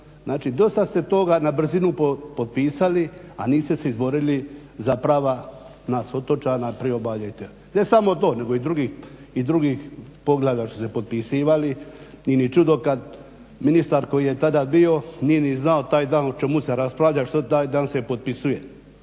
Znači, dosta ste toga na brzinu potpisali, a niste se izborili za prava nas otočana, priobalja i te. Ne samo to, nego i drugih poglavlja što ste potpisivali. Nije ni čudo kad ministar koji je tada bio nije ni znao taj dan o čemu se raspravlja, što taj dan se potpisuje,